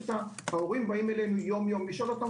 ההורים באים אלינו יום-יום לשאול אותנו